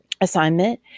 assignment